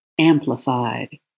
amplified